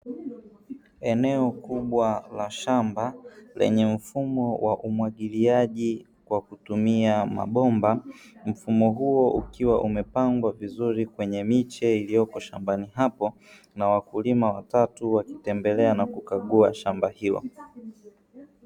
Eneo kubwa la shamba lenye mfumo wa umwagiliaji kwa kutumia mabomba. Mfumo huo ukiwa umepangwa vizuri kwenye miche iliyoko shambani hapo, na wakulima watatu wakitembelea na kukagua shamba hilo.